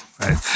right